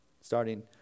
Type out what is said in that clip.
starting